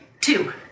Two